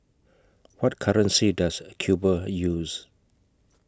What currency Does Cuba use